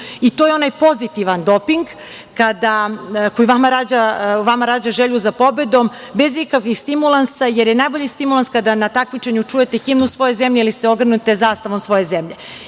i to je onaj pozitivan doping koji u vama rađa želju za pobedom bez ikakvih stimulansa, jer je najbolji stimulans kada na takmičenju čujete himnu svoje zemlje ili se ogrnete zastavom svoje zemlje. Kada